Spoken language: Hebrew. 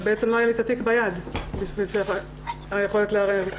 בעצם לא היה לי את התיק ביד כדי שתהיה לי יכולת לערער.